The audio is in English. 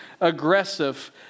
aggressive